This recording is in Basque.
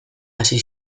hasi